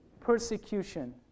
persecution